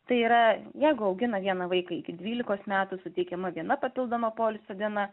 tai yra jeigu augina vieną vaiką iki dvylikos metų suteikiama viena papildoma poilsio diena